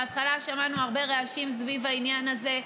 בהתחלה שמענו הרבה רעשים סביב העניין הזה,